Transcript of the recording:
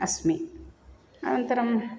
अस्मि अनन्तरं